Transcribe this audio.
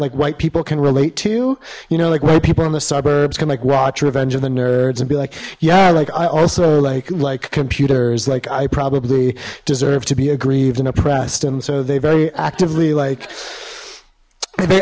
like white people can relate to you know like white people in the suburbs can like watch revenge of the nerds and be like yeah like i also like like computers like i probably deserve to be aggrieved and oppressed and so they very actively like they